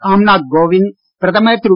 ராம்நாத் கோவிந்த் பிரதமர் திரு